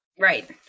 Right